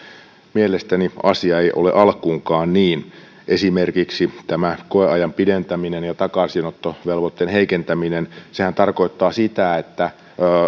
mielestäni asia ei ole alkuunkaan niin esimerkiksi tämä koeajan pidentäminen ja takaisinottovelvoitteen heikentäminen tarkoittaa sitä että